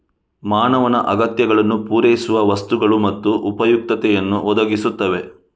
ಮಾನವನ ಅಗತ್ಯಗಳನ್ನು ಪೂರೈಸುವ ವಸ್ತುಗಳು ಮತ್ತು ಉಪಯುಕ್ತತೆಯನ್ನು ಒದಗಿಸುತ್ತವೆ